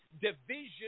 division